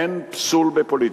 אין פסול בפוליטיקה.